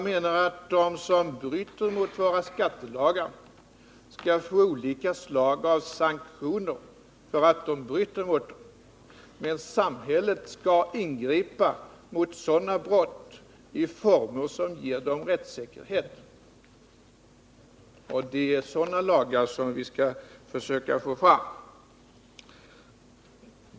Men de som bryter mot våra skattelagar skall få olika slag av sanktioner. Men samhället skall ingripa mot sådana brott i former som ger människorna rättssäkerhet. Det är sådana lagar vi skall försöka få fram.